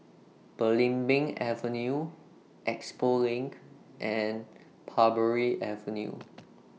Belimbing Avenue Expo LINK and Parbury Avenue